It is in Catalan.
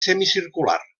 semicircular